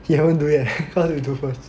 he haven't do yet cause we do first